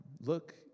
look